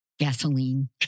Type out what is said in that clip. Gasoline